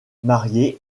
marié